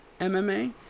MMA